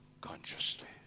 consciously